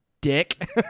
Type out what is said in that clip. dick